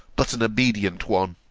but an obedient one.